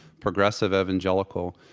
progressive evangelical,